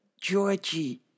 Georgie